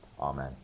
amen